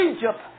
Egypt